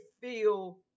feel